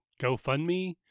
GoFundMe